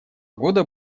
года